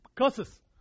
Curses